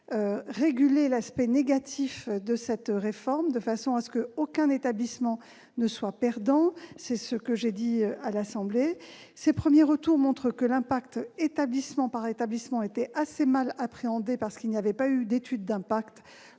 pour réguler l'aspect négatif de cette réforme, afin qu'aucun établissement ne soit perdant, comme je l'ai dit à l'Assemblée nationale. Ces premiers retours montrent que l'impact établissement par établissement était assez mal appréhendé, du fait de l'absence d'étude d'impact